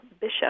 bishop